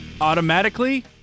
Automatically